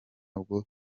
bwo